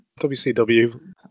WCW